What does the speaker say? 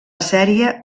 sèrie